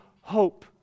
hope